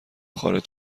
خارج